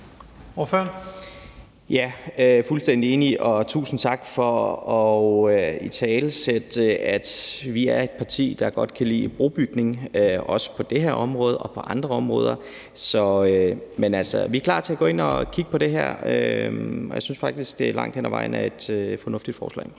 (M): Jeg er fuldstændig enig, og tusind tak for at italesætte, at vi er et parti, der godt kan lide brobygning, både på det her område og på andre områder. Vi er klar til at gå ind og kigge på det her, og jeg synes faktisk, det langt hen ad vejen er et fornuftigt forslag.